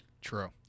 True